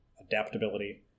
adaptability